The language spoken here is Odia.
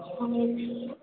ଆମେ ଏଇଠି ଥିଲୁ